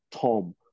Tom